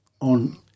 on